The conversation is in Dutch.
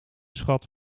schat